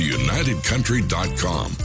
unitedcountry.com